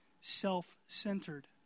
self-centered